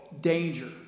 danger